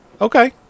Okay